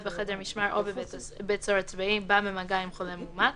בחדר משמר או בבית סוהר צבאי בא במגע עם חולה מאומת,